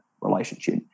relationship